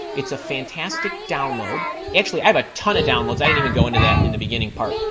it's a fantastic download. actually, i have a ton of downloads, i didn't even go into that in the beginning part.